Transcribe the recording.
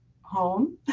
home